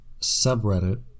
subreddit